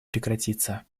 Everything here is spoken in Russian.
прекратиться